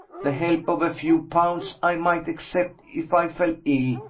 the help of a few pounds i might accept, if i fell ill,